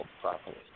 properly